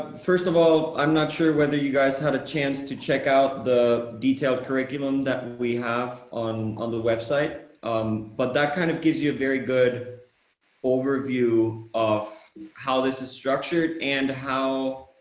first of all, i'm not sure whether you guys had a chance to check out the detailed curriculum that we have on on the website, um, but that kind of gives you a very good overview of how this is structured and how,